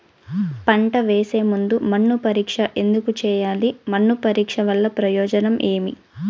పంట వేసే ముందు మన్ను పరీక్ష ఎందుకు చేయాలి? మన్ను పరీక్ష వల్ల ప్రయోజనం ఏమి?